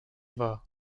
war